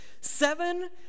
Seven